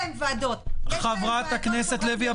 ועדות חברתיות,